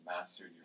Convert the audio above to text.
mastered